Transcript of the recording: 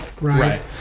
right